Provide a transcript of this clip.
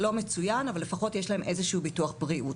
לא מצוין אבל לפחות יש להם איזשהו ביטוח בריאות.